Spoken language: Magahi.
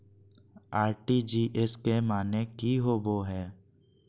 आर.टी.जी.एस के माने की होबो है?